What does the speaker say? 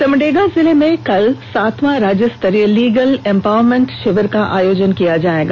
सिमडेगा जिले में कल सातवां राज्य स्तरीय लीगल इमपावरमेंट शिविर का आयोजन किया जायेगा